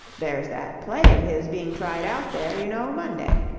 there's that play of his being tried out there, you know, monday,